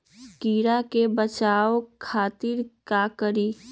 कीरा से बचाओ खातिर का करी?